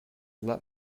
let